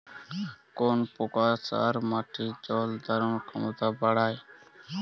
কোন প্রকার সার মাটির জল ধারণ ক্ষমতা বাড়ায়?